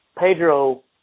Pedro